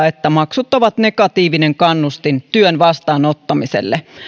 että maksut ovat negatiivinen kannustin työn vastaanottamiselle